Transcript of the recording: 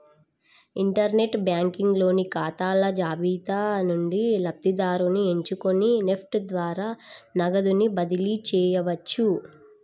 inter net banking లోని ఖాతాల జాబితా నుండి లబ్ధిదారుని ఎంచుకొని నెఫ్ట్ ద్వారా నగదుని బదిలీ చేయవచ్చు